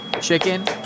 chicken